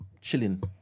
chilling